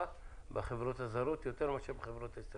בחברות הזרות יותר מאשר בחברות הישראליות.